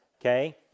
okay